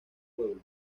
pueblo